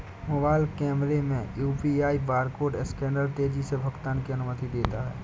mobile कैमरे में UPI barcode scanner तेजी से भुगतान की अनुमति देता है